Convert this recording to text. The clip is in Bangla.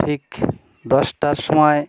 ঠিক দশটার সময়